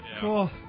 Cool